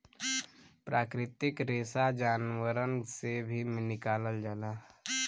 प्राकृतिक रेसा जानवरन से भी निकालल जाला